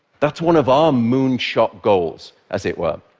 that's one of our moon-shot goals, as it were.